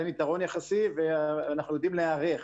אין יתרון יחסי ואנחנו יודעים להיערך.